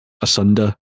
asunder